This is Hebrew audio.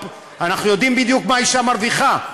אנחנו יודעים בדיוק מה אישה מרוויחה,